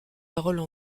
paroles